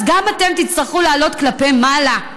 אז גם אתם תצטרכו לעלות כלפי מעלה.